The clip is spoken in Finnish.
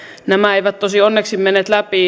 nämä eivät tosin onneksi menneet läpi